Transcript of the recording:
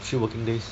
three working days